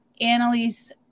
Annalise